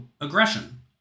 aggression